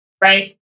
Right